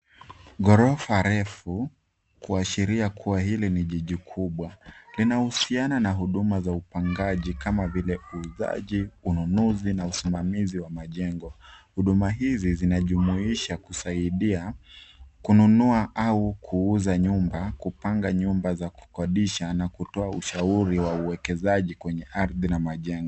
Ghorofa refu, kuashiria kuwa hili ni jiji kubwa. Linahusiana na huduma za upangaji kama vile uuzaji, ununuzi na usimamizi wa majengo. Huduma hizi zinajumuisha kusaidia kununua au kuuza nyumba, kupanga nyumba za kukodisha na kutoa ushauri wa uwekezaji kwenye ardhi na majengo.